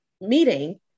meeting